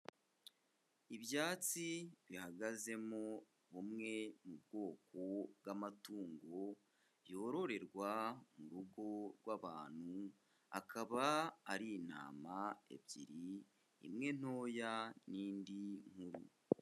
Ibyatsi bihagazemo bumwe mu bwoko bw'amatungo yororerwa mu rugo rw'abantu, akaba ari intama ebyiri imwe ntoya n'indi nkuru.